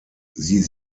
sie